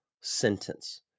sentence